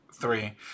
three